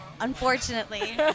unfortunately